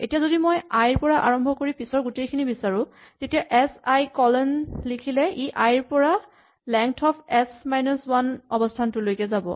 এতিয়া যদি মই আই ৰ পৰা আৰম্ভ কৰি পিছৰ গোটেইখিনি বিচাৰো তেতিয়া এচ আই কলন লিখিলে ই আই ৰ পৰা length of S minus one অৱস্হানটোলৈকে যাব